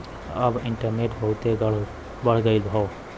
अब इन्टरनेट बहुते बढ़ गयल हौ